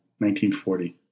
1940